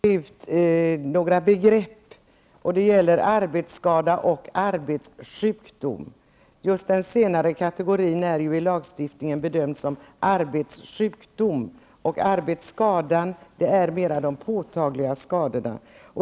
Herr talman! Jag vill bara reda ut några begrepp, nämligen arbetsskada och arbetssjukdom. Den senare kategorin bedöms i lagstiftningen som arbetssjukdomar medan arbetsskada utgörs av mera påtagliga skador.